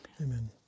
Amen